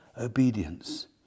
obedience